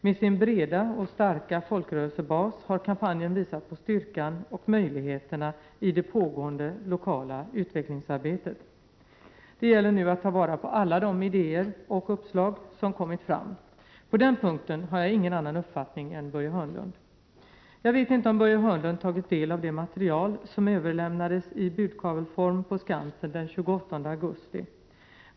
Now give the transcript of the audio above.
Med sin breda och starka folkrörelsebas har kampanjen visat styrkan och möjligheterna i det pågående lokala utvecklingsarbetet. Det gäller nu att ta vara på alla de ideér och uppslag som kommit fram. På den punkten har jag ingen annan uppfattning än Börje Hörnlund. Jag vet inte om Börje Hörnlund tagit del av det material som överlämnades i budkavleform på Skansen den 28 augusti.